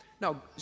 Now